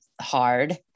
hard